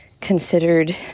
considered